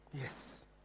yes